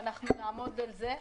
ואנחנו נעמוד בזה.